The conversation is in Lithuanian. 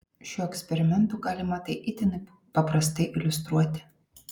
šiuo eksperimentu galima tai itin paprastai iliustruoti